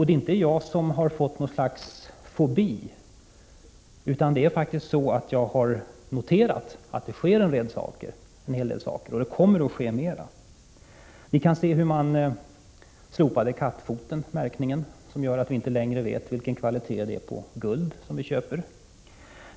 Det är inte jag som har fått något slags fobi, utan det är faktiskt så, att jag har noterat att det sker en hel del saker — och det kommer att ske mera. Man har ju t.ex. slopat kattfotsmärkningen och det gör att vi inte längre vet vilken kvalitet det är på det guld som vi köper.